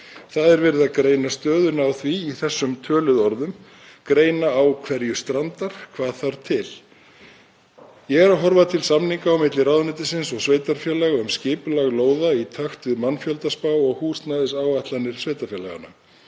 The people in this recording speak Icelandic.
lóðum. Verið er að greina stöðuna á því í þessum töluðu orðum, greina á hverju strandar, hvað þarf til. Ég er að horfa til samninga á milli ráðuneytisins og sveitarfélaga um skipulag lóða í takt við mannfjöldaspá og húsnæðisáætlanir sveitarfélaganna.